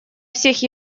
всех